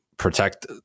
protect